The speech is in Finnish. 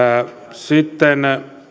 sitten